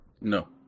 No